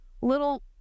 little